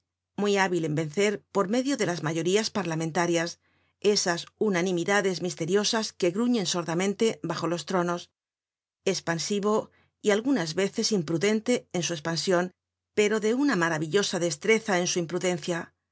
muy hábil en vencer por medio delas mayorías parlamentarias esas unanimidades misteriosas que gruñen sordamente bajo los tronos espansivo y algunas veces imprudente en su espansion pero de una maravillosa destreza en su imprudencia